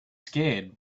scared